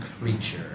creature